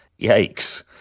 Yikes